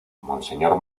monseñor